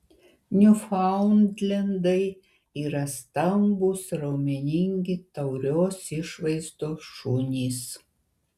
niufaundlendai yra stambūs raumeningi taurios išvaizdos šunys